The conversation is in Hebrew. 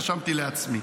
רשמתי לעצמי.